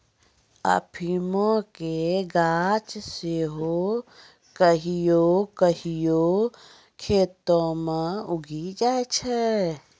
अफीमो के गाछ सेहो कहियो कहियो खेतो मे उगी जाय छै